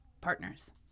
partners